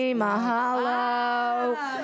mahalo